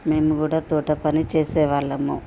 మేము కూడా తోట పని చేసేవాళ్ళము